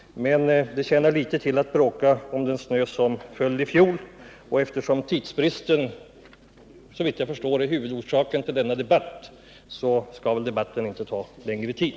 Men det tjänar litet till att bråka om den snö som föll i fjol, och eftersom tidsbristen såvitt jag förstår är huvudorsaken till denna debatt skall väl debatten inte ta längre tid.